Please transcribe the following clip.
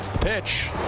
pitch